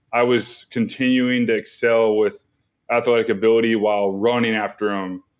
i was continuing to excel with athletic ability while running after um